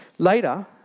Later